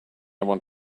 want